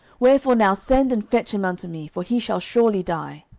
wherefore now send and fetch him unto me, for he shall surely die.